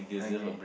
okay